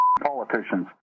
politicians